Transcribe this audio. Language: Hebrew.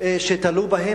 שתלו בהם,